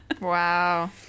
Wow